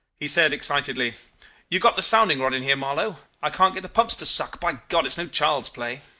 he said excitedly you got the sounding-rod in here, marlow? i can't get the pumps to suck. by god! it's no child's play